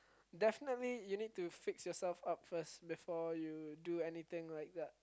definitely you need to fix yourself up first before you do anything like that